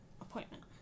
appointment